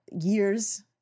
years